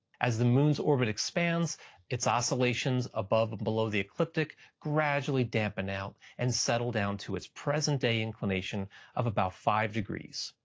as the moon's orbit expands its oscillations above and below the ecliptic gradually dampen out and settle down to its present-day inclination of about five degrees.